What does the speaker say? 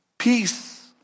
peace